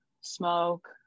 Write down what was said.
smoke